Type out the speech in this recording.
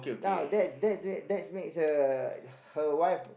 now that that's make that's makes uh her wife